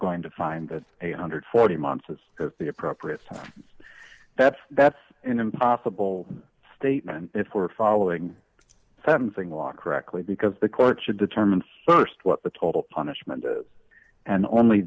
going to find that eight hundred and forty months is the appropriate time that's that's an impossible statement if we are following sentencing law correctly because the court should determine st what the total punishment is and only